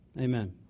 Amen